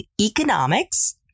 economics